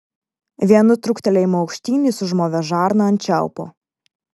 vienu trūktelėjimu aukštyn jis užmovė žarną ant čiaupo